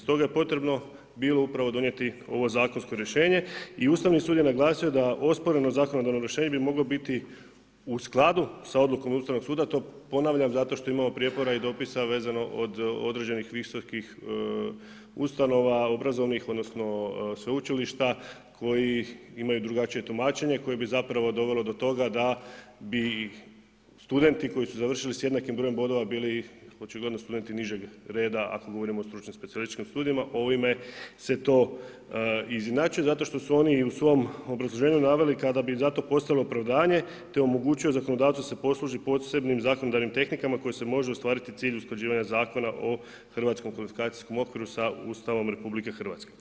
Stoga je potrebno bilo upravo donijeti ovo zakonsko rješenje i Ustavni sud je naglasio da osporeno zakonodavno rješenje bi moglo biti u skladu sa odlukom Ustavnog suda, to ponavljam zato što imamo prijepora i dopisa vezano od određenih visokih obrazovnih ustanova odnosno sveučilišta koji imaju drugačije tumačenje, koji bi dovelo do toga da bi studenti koji su završili s jednakim brojem bodova bili očigledno studenti nižeg reda, ako govorimo o stručnim specijalističkim studijima, ovime se to izjednačuje zato što su oni u svom obrazloženju naveli kada bi za to postojalo opravdanje te omogućilo zakonodavcu da se posluži posebnim zakonodavnim tehnikama kojima se može ostvariti cilj usklađivanja Zakona o Hrvatskom kvalifikacijskom okviru sa Ustavom RH.